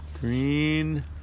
Green